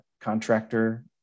contractor